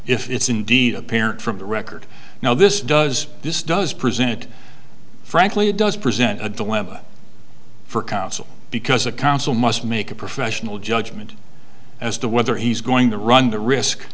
if it's indeed apparent from the record now this does this does present frankly it does present a dilemma for council because a council must make a professional judgment as to whether he's going to run the risk